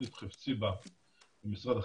תוכנית חפציבה ממשרד החינוך,